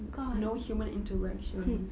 no human interaction